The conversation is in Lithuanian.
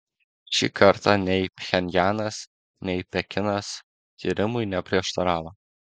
šį kartą nei pchenjanas nei pekinas tyrimui neprieštaravo